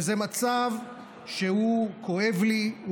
וזה מצב שהוא כואב לי.